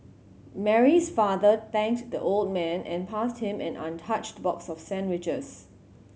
Mary's father thanked the old man and passed him an untouched box of sandwiches